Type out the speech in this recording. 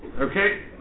Okay